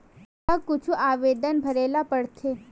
हमला कुछु आवेदन भरेला पढ़थे?